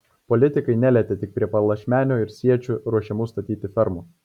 politikai nelietė tik prie palašmenio ir siečių ruošiamų statyti fermų